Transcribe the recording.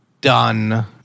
done